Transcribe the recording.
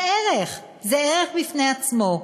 זה ערך בפני עצמו.